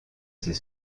ces